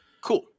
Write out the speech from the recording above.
Cool